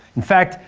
in fact,